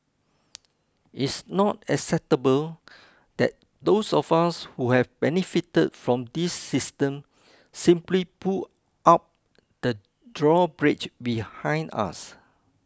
it's not acceptable that those of us who have benefited from this system simply pull up the drawbridge behind us